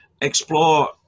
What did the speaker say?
explore